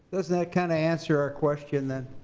doesn't that kind of answer our question then?